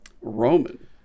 Roman